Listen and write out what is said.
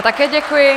Také děkuji.